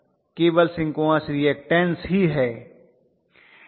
केवल synchronous reactance ही है